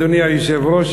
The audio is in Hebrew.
אדוני היושב-ראש,